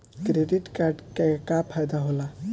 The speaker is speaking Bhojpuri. क्रेडिट कार्ड के का फायदा होला?